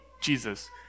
Jesus